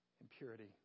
impurity